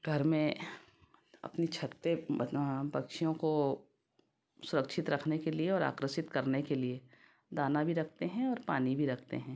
घर में अपनी छत पर बत पक्षियों को सुरक्षित रखने के लिए और आकर्षित करने के लिए दाना भी रखते हैं और पानी भी रखते हैं